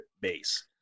base